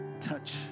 touch